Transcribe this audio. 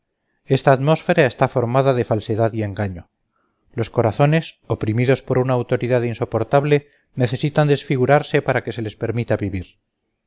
esta atmósfera está formada de falsedad y engaño los corazones oprimidos por una autoridad insoportable necesitan desfigurarse para que se les permita vivir